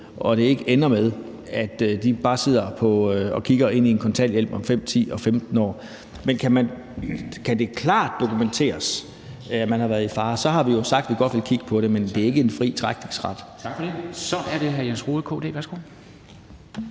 så det ikke ender med, og at de bare sidder og kigger ind i en kontanthjælp om 5, 10 og 15 år. Men kan det klart dokumenteres, at man har været i fare, så har vi jo sagt, at vi godt vil kigge på det. Men det er ikke en fri trækningsret. Kl. 16:00 Formanden (Henrik Dam